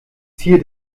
zier